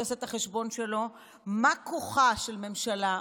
שיעשה את החשבון שלו מה כוחה של הממשלה,